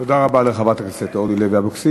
תודה רבה לחברת הכנסת אורלי לוי אבקסיס.